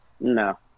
No